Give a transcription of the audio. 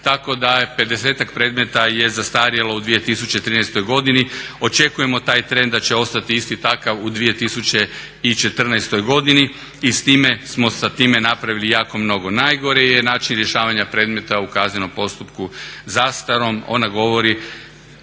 Tako da je pedesetak predmeta je zastarjelo u 2013. godini. Očekujemo taj trend da će ostati isto takav u 2014. godini i s time smo, sa time napravili jako mnogo. Najgore je način rješavanja predmeta u kaznenom postupku zastarom. Ona govori,